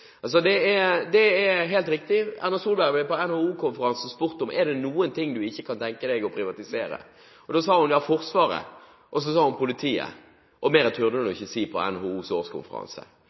Det er helt riktig. Erna Solberg ble på NHO-konferansen spurt om det var noe hun ikke kunne tenke seg å privatisere. Da sa hun Forsvaret, og så sa hun politiet. Mer turte hun ikke si på NHOs årskonferanse.